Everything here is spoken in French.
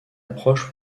approches